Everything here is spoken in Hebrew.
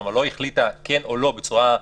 כלומר לא החליטה כן או לא בצורה פוזיטיבית,